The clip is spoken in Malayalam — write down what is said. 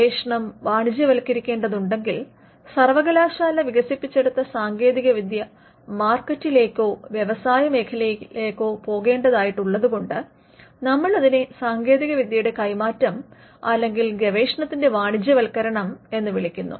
ഗവേഷണം വാണിജ്യവത്ക്കരിക്കേണ്ടതുണ്ടെങ്കിൽ സർവകലാശാല വികസിപ്പിച്ചെടുത്ത സാങ്കേതിക വിദ്യ മാർക്കറ്റിലേക്കോ വ്യവസായമേഖലയിലേക്കോ പോകേണ്ടതായിട്ടുള്ളതുകൊണ്ട് നമ്മൾ അതിനെ സാങ്കേതികവിദ്യയുടെ കൈമാറ്റം അല്ലെങ്കിൽ ഗവേഷണത്തിന്റെ വാണിജ്യവൽക്കരണം എന്ന് വിളിക്കുന്നു